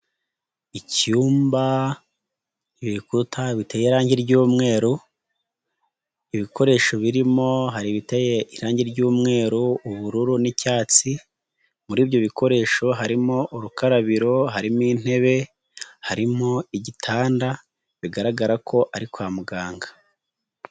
Icyumba, ibikuta biteyeho irangi ry'mweru, ibikoresho birimo hari ibiteye irangi ry'umweru, ubururu, n'icyatsi, muri ibyo bikoresho harimo urukarabiro, harimo intebe, harimo igitanda, bigaragara ko ari kwa muganga.